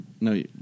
No